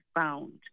found